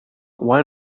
why